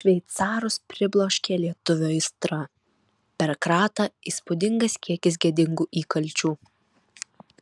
šveicarus pribloškė lietuvio aistra per kratą įspūdingas kiekis gėdingų įkalčių